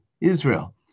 Israel